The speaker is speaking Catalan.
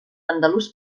andalús